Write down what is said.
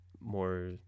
more